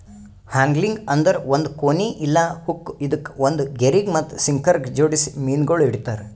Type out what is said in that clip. angling ಅಂದುರ್ ಒಂದ್ ಕೋನಿ ಇಲ್ಲಾ ಹುಕ್ ಇದುಕ್ ಒಂದ್ ಗೆರಿಗ್ ಮತ್ತ ಸಿಂಕರಗ್ ಜೋಡಿಸಿ ಮೀನಗೊಳ್ ಹಿಡಿತಾರ್